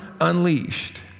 unleashed